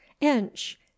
inch